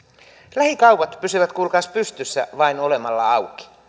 lähikaupat pysyvät kuulkaas pystyssä vain olemalla auki